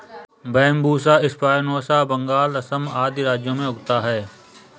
Bambusa spinosa Bengal, Assam आदि राज्यों में उगता है